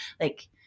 Like-